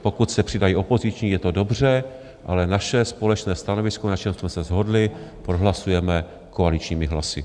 Pokud se přidají opoziční, je to dobře, ale naše společné stanovisko, na čem jsme se shodli, prohlasujeme koaličními hlasy.